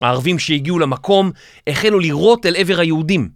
הערבים שהגיעו למקום החלו לירות אל עבר היהודים.